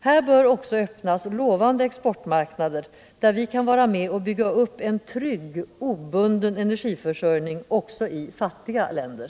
Här bör också öppnas lovande exportmarknader, där vi kan vara med och bygga upp en trygg, obunden energiförsörjning också i fattiga länder.